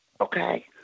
Okay